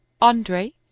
Andre